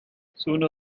sooner